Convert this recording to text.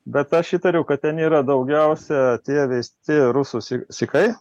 bet aš įtariau kad ten yra daugiausia tie veisti rusų sykai